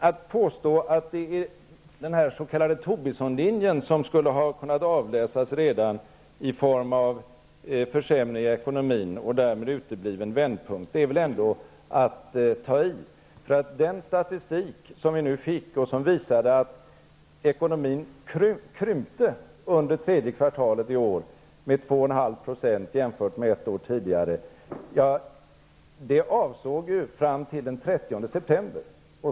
Att påstå att den s.k. Tobissonlinjen skulle ha kunnat avläsas redan i form av försämringar i ekonomin och därmed utebliven vändpunkt, är väl ändå att ta i. Den statistik som vi nu fick, och som visade att ekonomin krympte med 2,5 % under tredje kvartalet i år jämfört med ett år tidigare, avsåg tiden fram till den 30 september.